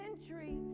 century